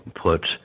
put